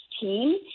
team